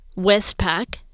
Westpac